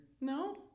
no